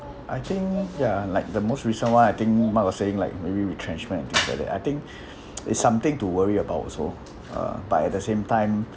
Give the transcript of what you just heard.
I think ya like the most recent one I think mark were saying like maybe retrenchment and things like that I think it's something to worry about also uh but at the same time